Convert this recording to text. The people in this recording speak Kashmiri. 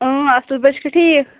اَصٕل پٲٹھۍ ژٕ چھَکھا ٹھیٖک